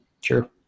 Sure